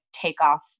takeoff